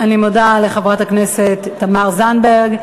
אני מודה לחברת הכנסת תמר זנדברג.